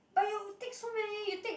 but you take so many you take